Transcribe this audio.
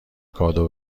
کادو